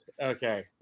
okay